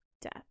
Death